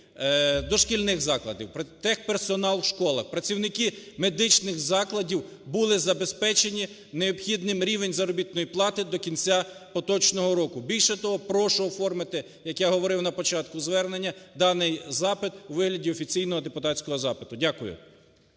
дошкільних закладів, техперсонал у школах, працівники медичних закладів були забезпечені необхідним рівнем заробітної плати до кінця поточного року. Більше того, прошу оформити, як я говорив на початку звернення, даний запит у вигляді офіційного депутатського запиту. Дякую.